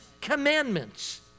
commandments